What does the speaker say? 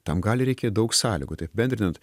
tam gali reikėt daug sąlygų tai apibendrinant